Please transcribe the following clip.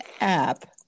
app